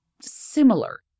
similar